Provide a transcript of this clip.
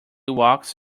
walks